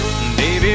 Baby